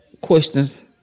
Questions